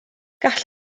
gall